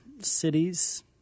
cities